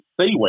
seaweed